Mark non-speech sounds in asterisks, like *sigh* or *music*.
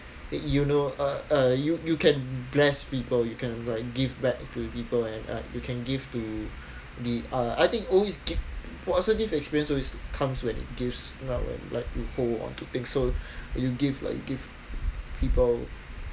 that you know uh you you can bless people you can like give back to the people and uh you can give to the uh I think *noise* positive experience always comes when it gives like you hold onto things so you give like you give people